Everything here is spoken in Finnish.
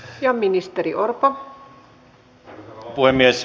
arvoisa rouva puhemies